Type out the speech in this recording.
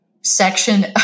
section